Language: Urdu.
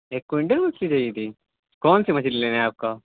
ایک کوئنٹل مچھلی چاہیے تھی کون سی مچھلی لینا ہے آپ کا